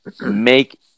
make